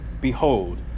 Behold